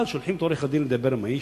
אבל שולחים את עורך-הדין לדבר עם האיש,